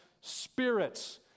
spirits